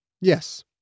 Yes